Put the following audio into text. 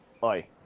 Bye